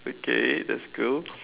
okay that's cool